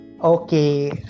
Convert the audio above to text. Okay